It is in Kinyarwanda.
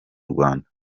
rwanda